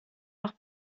noch